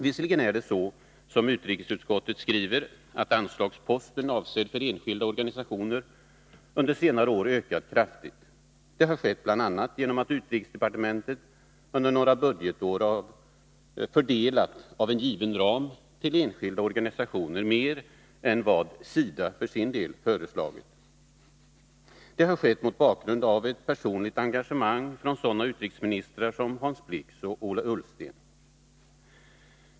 Visserligen är det så som utrikesutskottet skriver, att anslagsposten avsedd för enskilda organisationer ökat kraftigt under senare år. Det har skett bl.a. genom att utrikesdepartementet under några budgetår av en given ram fördelat mer till enskilda organisationer än vad SIDA för sin del föreslagit. Det har skett mot bakgrund av ett personligt engagemang från sådana utrikesministrar som Hans Blix och Ola Ullsten.